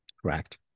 Correct